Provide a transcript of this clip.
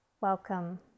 Welcome